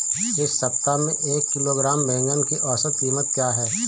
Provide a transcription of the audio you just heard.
इस सप्ताह में एक किलोग्राम बैंगन की औसत क़ीमत क्या है?